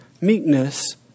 meekness